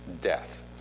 death